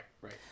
right